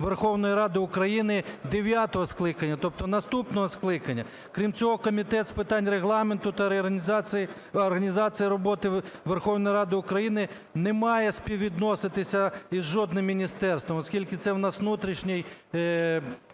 Верховної Ради України дев'ятого скликання, тобто наступного скликання. Крім цього, Комітет з питань Регламенту та організації роботи Верховної Ради України не має співвідноситися із жодним міністерством, оскільки це у нас внутрішній